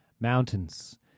Mountains